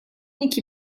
iki